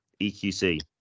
EQC